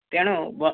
ତେଣୁ ବ